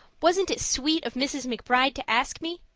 wasn't it sweet of mrs. mcbride to ask me?